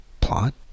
plot